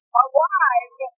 arrive